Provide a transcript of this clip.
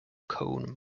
cone